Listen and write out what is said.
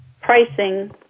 pricing